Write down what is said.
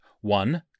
one